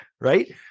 Right